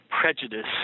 prejudice